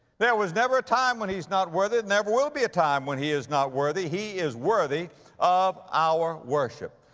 there was never time when he's not worthy. never will be a time when he is not worthy. he is worthy of our worship.